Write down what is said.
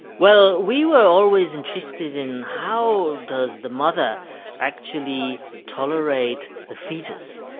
well, we were always interested in how does the mother actually tolerate the fetus.